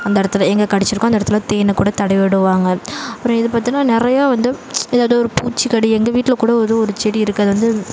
அந்த இடத்துல எங்கே கடிச்சிருக்கோ அந்த இடத்துல தேனை கூட தடவி விடுவாங்க அப்புறம் இது பார்த்திங்கன்னா நிறையா வந்து ஏதாவது ஒரு பூச்சி கடி எங்கள் வீட்டில் கூட வந்து ஒரு செடி இருக்குது அது வந்து